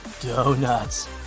donuts